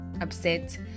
upset